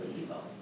evil